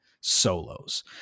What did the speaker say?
solos